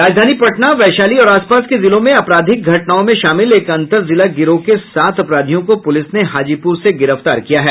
राजधानी पटना वैशाली और आसपास के जिलों में आपराधिक घटनाओं में शामिल एक अंतरजिला गिरोह के सात अपराधियों को पुलिस ने हाजीपुर से गिरफ्तार किया है